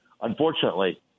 unfortunately